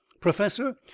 Professor